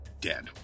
dead